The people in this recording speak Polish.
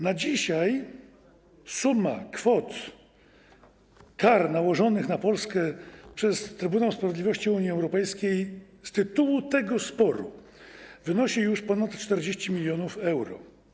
Na dzisiaj suma kwot wynikających z kar nałożonych na Polskę przez Trybunał Sprawiedliwości Unii Europejskiej z tytułu tego sporu wynosi już ponad 40 mln euro.